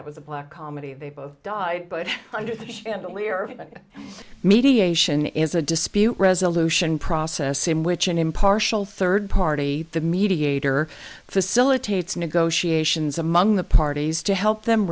that was a black comedy they both died but under the chandelier of mediation is a dispute resolution process in which an impartial third party the mediator facilitates negotiations among the parties to help them